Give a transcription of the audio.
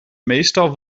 meestal